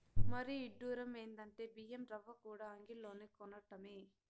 మరీ ఇడ్డురం ఎందంటే బియ్యం రవ్వకూడా అంగిల్లోనే కొనటమే